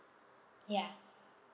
ya